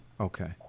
Okay